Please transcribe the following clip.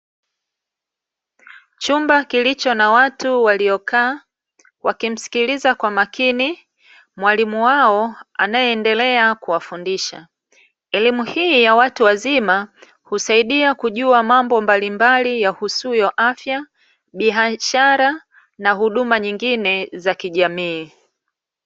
Chumba kilicho na watu waliokaa, wakimsikiliza kwa makini mwalimu wao anayeendelea kuwafundisha. Elimu hii ya watu wazima husaidia kujua mambo mbalimbali yahusuyo afya, biashara, na huduma nyingine za kijamii.